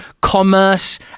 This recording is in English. commerce